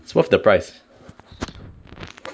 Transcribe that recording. it's worth the price